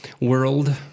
world